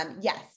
yes